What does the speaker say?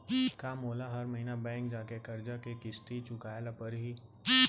का मोला हर महीना बैंक जाके करजा के किस्ती चुकाए ल परहि?